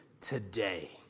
today